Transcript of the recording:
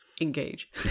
Engage